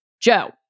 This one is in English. Joe